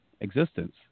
existence